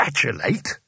Congratulate